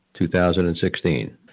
2016